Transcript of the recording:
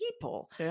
people